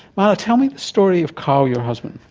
mualla, tell me the story of karl, your husband.